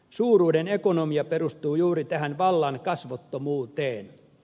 suuruuden ekonomia perustuu juuri tähän vallan kasvottomuuteen